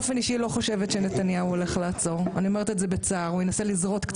אני באופן אישי לא חושבת שנתניהו הולך לעצור.